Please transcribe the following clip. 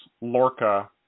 Lorca